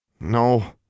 No